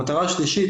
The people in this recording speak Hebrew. המטרה השלישית,